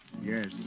Yes